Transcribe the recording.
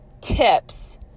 tips